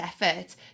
effort